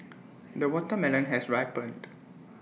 the watermelon has ripened